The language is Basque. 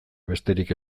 besterik